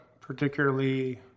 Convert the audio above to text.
particularly